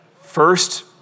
first